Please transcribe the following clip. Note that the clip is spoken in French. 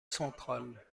centrale